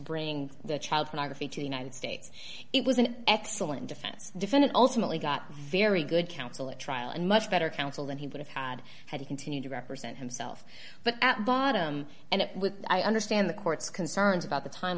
bring the child pornography to united states it was an excellent defense defendant ultimately got very good counsel at trial and much better counsel and he would have had had he continued to represent himself but at bottom and i understand the court's concerns about the